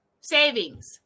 savings